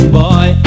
boy